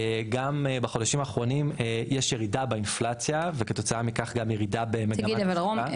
בחודשים האחרונים יש ירידה באינפלציה כתוצאה מכך גם --- אבל רום,